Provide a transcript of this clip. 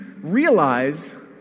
realize